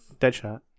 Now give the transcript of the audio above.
Deadshot